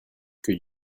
que